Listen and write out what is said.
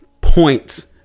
points